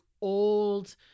old